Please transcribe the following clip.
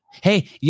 Hey